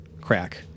crack